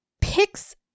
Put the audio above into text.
picks